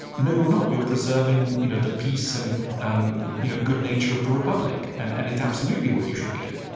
no, you're not. you're preserving you know the peace and the um you know good nature of the republic, and and it's absolutely what you should be doing.